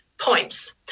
points